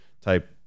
type